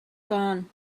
gone